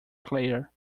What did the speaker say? player